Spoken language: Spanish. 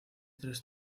tres